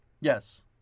yes